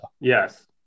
Yes